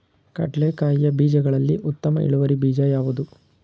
ಕಡ್ಲೆಕಾಯಿಯ ಬೀಜಗಳಲ್ಲಿ ಉತ್ತಮ ಇಳುವರಿ ಬೀಜ ಯಾವುದು?